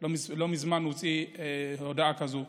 לא מזמן הוא הוציא הודעה כזאת.